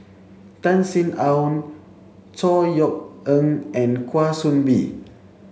Tan Sin Aun Chor Yeok Eng and Kwa Soon Bee